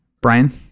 Brian